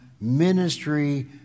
ministry